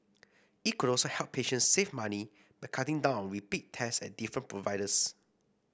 it could also help patients save money by cutting down repeat test at different providers